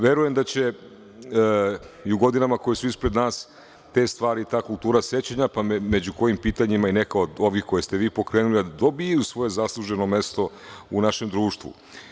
Verujem da će i u godinama koje su ispred nas te stvari, ta kultura sećanja, među kojim pitanjima je i ovo neko koje ste vi pokrenuli, da dobiju svoje zasluženo mesto u našem društvu.